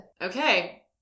Okay